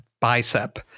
Bicep